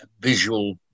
visual